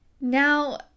Now